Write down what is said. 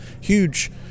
huge